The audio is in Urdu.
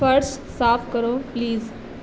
فرش صاف کرو پلیز